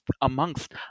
amongst